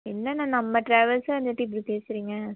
என்ன அண்ணா நம்ப டிராவல்ஸாக இருந்துகிட்டு இப்படி பேசுறீங்க